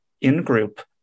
in-group